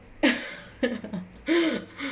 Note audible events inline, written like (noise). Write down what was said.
(laughs)